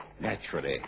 Naturally